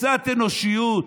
קצת אנושיות.